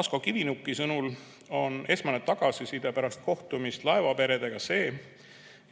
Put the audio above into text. Asko Kivinuki sõnul on esmane tagasiside pärast kohtumist laevaperedega see,